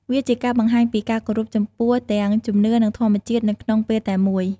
វាជាការបង្ហាញពីការគោរពចំពោះទាំងជំនឿនិងធម្មជាតិនៅក្នុងពេលតែមួយ។